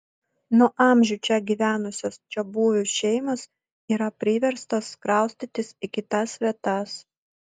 nuo amžių čia gyvenusios čiabuvių šeimos yra priverstos kraustytis į kitas vietas